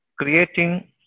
creating